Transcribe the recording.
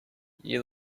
you